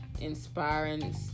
inspiring